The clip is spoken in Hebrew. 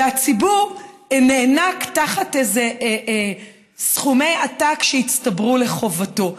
והציבור נאנק תחת סכומי ענק שהצטברו לחובתו.